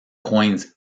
coins